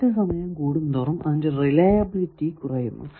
പ്രവർത്തി സമയം കൂടും തോറും അതിന്റെ റിലയബിലിറ്റി കുറയുന്നു